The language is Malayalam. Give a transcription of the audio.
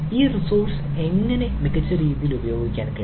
ഈ റിസോഴ്സ് എങ്ങനെ മികച്ച രീതിയിൽ ഉപയോഗിക്കാൻ കഴിയും